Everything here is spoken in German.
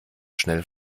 schnell